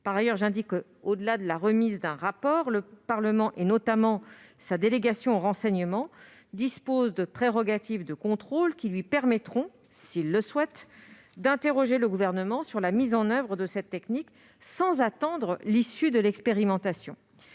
Par ailleurs, j'indique que, au-delà de la remise d'un rapport, le Parlement, notamment sa délégation au renseignement, dispose de prérogatives de contrôle qui lui permettront, s'il le souhaite, d'interroger le Gouvernement sur la mise en oeuvre de cette technique, sans attendre l'issue de l'expérimentation.